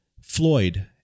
Floyd